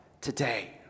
Today